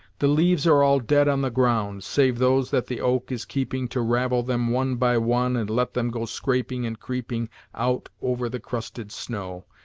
the leaves are all dead on the ground, save those that the oak is keeping to ravel them one by one and let them go scraping and creeping out over the crusted snow,